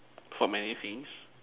for many things